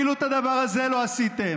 אפילו את הדבר הזה לא עשיתם.